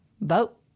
vote